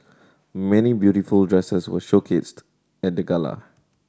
many beautiful dresses were showcased at the gala